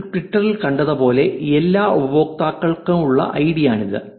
നിങ്ങൾ ട്വിറ്ററിലും കണ്ടത് പോലെ എല്ലാ ഉപയോക്താക്കൾക്കുമുള്ള ഐഡിയാണിത്